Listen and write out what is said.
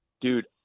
dude